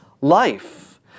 life